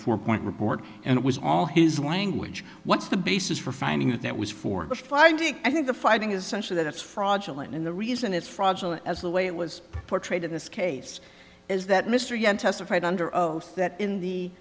four point report and it was all his language what's the basis for finding that that was for before i did i think the fighting is such that it's fraudulent and the reason it's fraudulent as the way it was portrayed in this case is that mr young testified under oath that in the